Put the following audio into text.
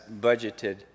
budgeted